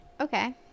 Okay